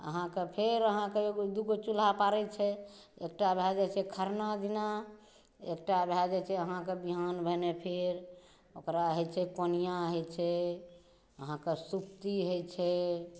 अहाँके फेर अहाँके एगो दूगो चूल्हा पारै छै एकटा भऽ जाइ छै खरना दिना एकटा भऽ जाइ छै अहाँके बिहान भने फेर ओकरा होइ छै कोनिआ होइ छै अहाँके सुपती होइ छै